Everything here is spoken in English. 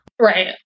right